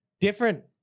Different